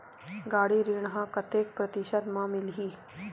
गाड़ी ऋण ह कतेक प्रतिशत म मिलही?